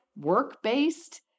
Work-based